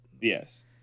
yes